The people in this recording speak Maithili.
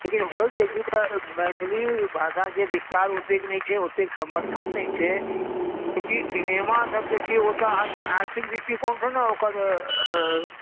लेकिन होइत छै की तऽ मैथिली भाषाकेंँ विस्तार ओतेक नहि छै ओतेक समर्थन नहि छै चूँकि सिनेमा सभ जे छै ओतऽ अहाँकेँ आर्थिक दृष्टिकोणसंँ नहि ओकर